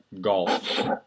Golf